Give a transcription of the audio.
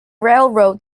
railroad